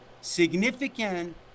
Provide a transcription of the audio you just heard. Significant